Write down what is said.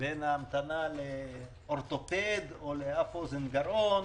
בין ההמתנה לאורתופד או לאף אוזן גרון,